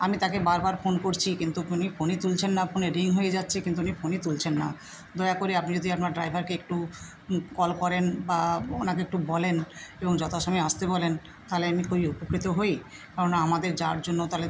আমি তাকে বারবার ফোন করছি কিন্তু উনি ফোনই তুলছেন না ফোনে রিং হয়ে যাচ্ছে কিন্তু উনি ফোনই তুলছেন না দয়া করে আপনি যদি একবার ড্রাইভারকে একটু কল করেন বা ওনাকে একটু বলেন এবং যথাসময় আসতে বলেন থালে আমি খুবই উপকৃত হই কারণ আমাদের যাওয়ার জন্য তাহলে